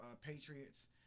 Patriots